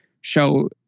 show